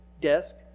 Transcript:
desk